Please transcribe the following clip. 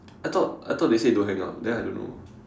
I thought I thought they said don't hang up then I don't know